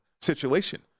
situation